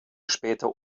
später